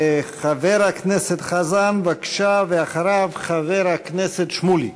חבר הכנסת חזן, בבקשה, ואחריו, חבר הכנסת שמולי.